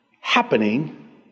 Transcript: happening